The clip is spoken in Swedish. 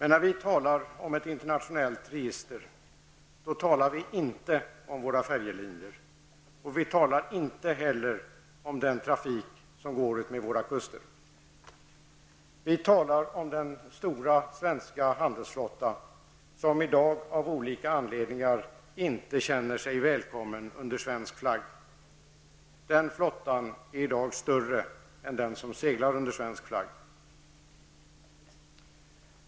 När vi talar om ett internationellt register talar vi inte om våra färjelinjer, och vi talar inte heller om den trafik som går utmed våra kuster. Vi talar om den stora svenska handelsflotta som i dag av olika anledningar inte känner sig välkommen under svensk flagg. Den flottan är i dag större än den som seglar under svensk flagg.